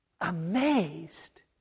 amazed